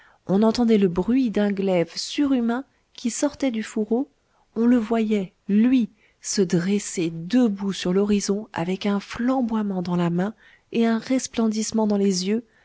on entendait le bruit d'un glaive surhumain qui sortait du fourreau on le voyait lui se dresser debout sur l'horizon avec un flamboiement dans la main et un resplendissement dans les yeux